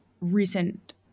recent